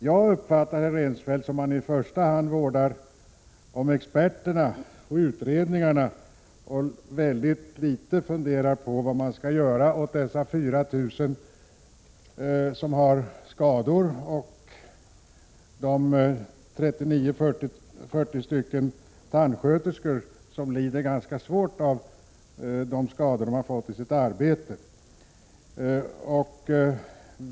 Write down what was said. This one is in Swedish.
Jag uppfattade Claes Rensfeldt som om han i första hand månade om experterna och utredningarna och mycket litet funderade på vad man skall göra åt dessa 4 000 människor som har skador och de 39—40 tandsköterskor som lider ganska svårt av de skador som de har fått i sitt arbete.